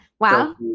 Wow